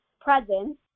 presence